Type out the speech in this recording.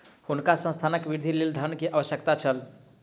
हुनका संस्थानक वृद्धिक लेल धन के आवश्यकता छल